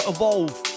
Evolve